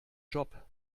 job